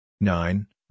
Nine